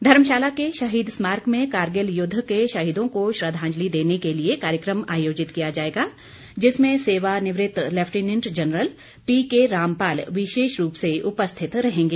धर्मशाला के शहीद स्मारक में कारगिल युद्ध के शहीदों को श्रद्वांजलि देने के लिए कार्यक्रम आयोजित किया जाएगा जिसमें सेवानिवृत्त lieutenant general P K Rampal विशेष रूप से उपस्थित रहेंगे